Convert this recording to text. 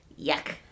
Yuck